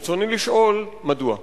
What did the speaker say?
רצוני לשאול: מדוע?